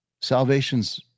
Salvation's